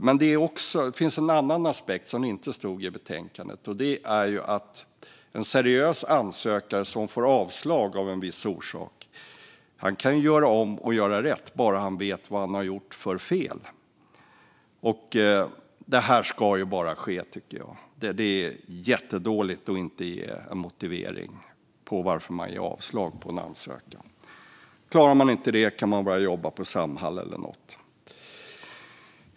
Men det finns en annan aspekt som inte står i betänkandet, och det är att en seriös anordnare som får avslag av en viss orsak kan göra om och göra rätt bara han vet vad han gjort för fel. Det här ska bara ske, tycker jag. Det är jättedåligt att inte ge en motivering till varför man ger avslag på en ansökan. Klarar man inte det kan man börja jobba på Samhall eller något.